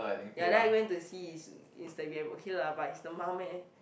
ya then I went to see his Instagram okay lah but is the mum eh